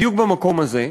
בדיוק במקום הזה,